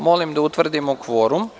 Molim da utvrdimo kvorum.